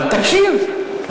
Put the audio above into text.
אבל תקשיב.